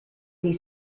des